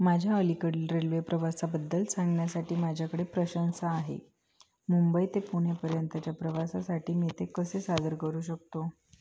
माझ्या अलीकडील रेल्वे प्रवासाबद्दल सांगण्यासाठी माझ्याकडे प्रशंसा आहे मुंबई ते पुणेपर्यंतच्या प्रवासासाठी मी ते कसे सादर करू शकतो